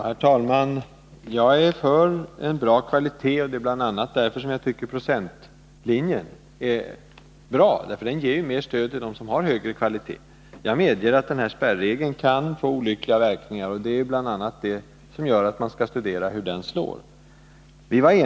Herr talman! Jag är för en god kvalitet, och det är bl.a. därför jag tycker att procentlinjen är bra; den ger ju mer stöd till dem som har högre kvalitet. Jag medger att spärregeln kan få olyckliga verkningar, och det är en av orsakerna till att man skall studera hur den slår.